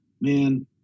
man